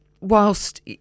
whilst